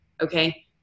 Okay